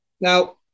Now